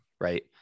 right